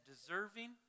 deserving